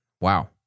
Wow